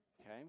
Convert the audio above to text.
Okay